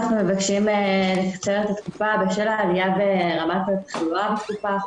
מבקש לעבור לסעיף ה2: בקשת הממשלה להקדמת הדיון לפני הקריאה הראשונה